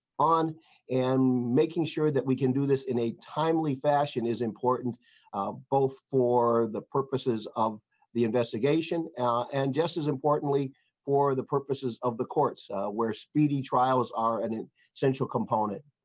on and making sure that we can do this in a timely fashion is both for the purposes of the investigation and just as importantly for the purposes of the courts where speedy trials are and an essential component.